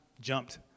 jumped